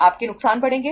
आपके नुकसान बढ़ेंगे